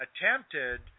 attempted